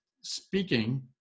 speaking